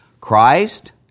Christ